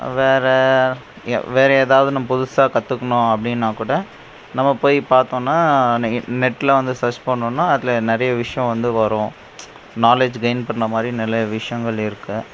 வேறு வே வேறு எதாவது நம்ப புதுசாக கற்றுக்கனும் அப்படினாக்கூட நம்ம போய் பார்த்தோம்னா நெ நெட்டில் வந்து சர்ச் பண்ணோம்ன்னா அதில் நிறையா விஷயம் வந்து வரும் நாலேஜ் கெயின் பண்ணுற மாதிரி நிறைய விஷயங்கள் இருக்கும்